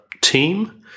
team